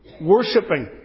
worshipping